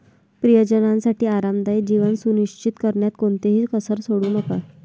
प्रियजनांसाठी आरामदायी जीवन सुनिश्चित करण्यात कोणतीही कसर सोडू नका